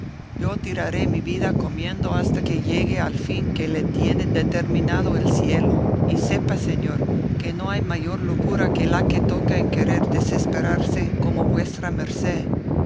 yo tiraré mi vida comiendo hasta que llegue al fin que le tiene determinado el cielo y sepa señor que no hay mayor locura que la que toca en querer desesperarse como vuestra merced